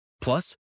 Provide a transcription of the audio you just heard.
Plus